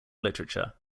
literature